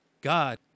God